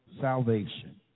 salvation